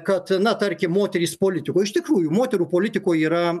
kad na tarkim moterys politikoj iš tikrųjų moterų politikoj yra